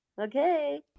okay